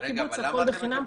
הכל בחינם,